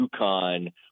UConn